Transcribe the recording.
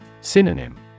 Synonym